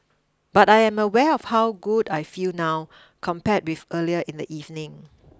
but I am aware of how good I feel now compared with earlier in the evening